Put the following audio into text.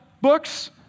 books